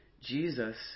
Jesus